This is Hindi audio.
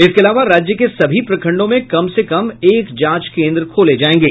इसके अलावा राज्य के सभी प्रखंडों में कम से कम एक जांच केन्द्र खोले जायेंगे